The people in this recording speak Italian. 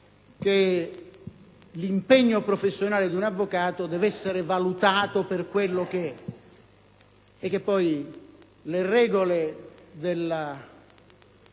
che l'impegno professionale di un avvocato deve essere valutato per quello che è; poi, le regole antiche